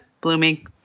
blooming